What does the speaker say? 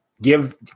give